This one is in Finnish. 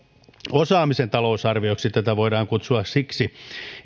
osaamisen talousarvioksi tätä voidaan kutsua siksi